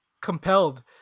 compelled